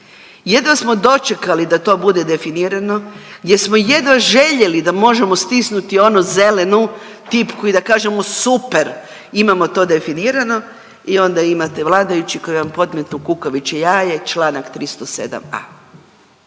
jedva smo dočekali da to bude definirano gdje smo jedva željeli da možemo stisnuti onu zelenu tipku i da kažemo super imamo to definirano i onda imate vladajući koji vam podmetnu kukavičje jaje, članak 307a.